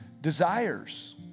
desires